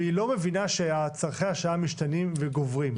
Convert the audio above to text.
והיא לא מבינה שצורכי השעה משתנים וגוברים.